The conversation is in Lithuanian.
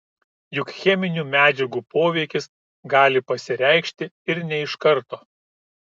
juk cheminių medžiagų poveikis gali pasireikšti ir ne iš karto